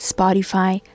Spotify